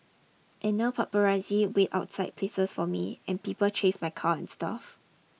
and now paparazzi wait outside places for me and people chase my car and stuff